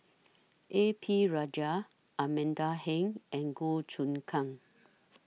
A P Rajah Amanda Heng and Goh Choon Kang